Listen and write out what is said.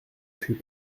fut